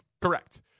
correct